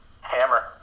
Hammer